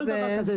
כן.